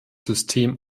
system